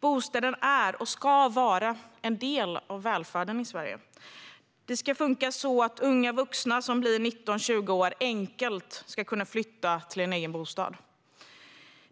Bostäder är och ska vara en del av välfärden i Sverige. Det ska funka så att unga vuxna i 19-20-årsåldern enkelt ska kunna flytta till en egen bostad.